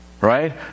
Right